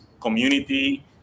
community